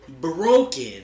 broken